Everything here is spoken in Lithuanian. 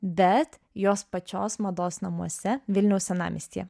bet jos pačios mados namuose vilniaus senamiestyje